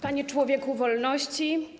Panie Człowieku Wolności!